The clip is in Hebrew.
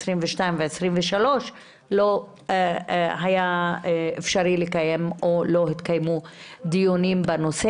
ה-22 וה-23 לא היה אפשרי לקיים או שלא התקיימו דיונים בנושא.